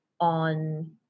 on